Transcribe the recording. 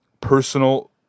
personal